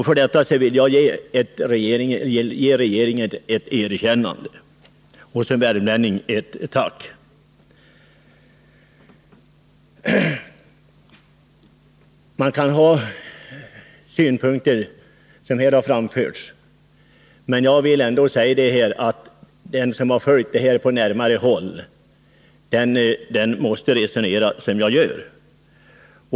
För detta vill jag ge regeringen ett erkännande och som värmlänning ett tack. Man kan anlägga de synpunkter som har framförts här i debatten, men jag vill ändå säga att den som på nära håll har följt vad som skett måste resonera som jag gör.